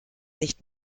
nicht